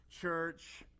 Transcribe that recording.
church